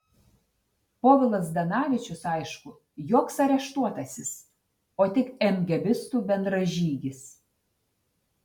povilas zdanavičius aišku joks areštuotasis o tik emgėbistų bendražygis